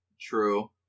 True